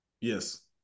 Yes